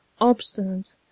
obstinate